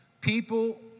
People